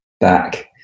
back